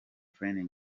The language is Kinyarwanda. training